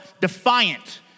defiant